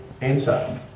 answer